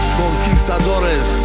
conquistadores